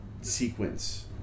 sequence